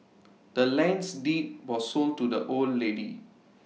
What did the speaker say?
the land's deed was sold to the old lady